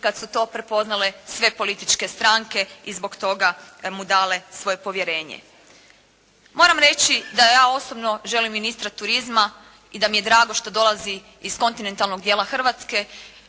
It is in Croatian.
kad su to prepoznale sve političke stranke i zbog toga mu dale svoje povjerenje. Moram reći da ja osobno želim ministra turizma i da mi je drago što dolazi iz kontinentalnog dijela Hrvatske